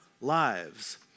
lives